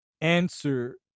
answer